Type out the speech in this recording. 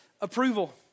approval